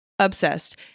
Obsessed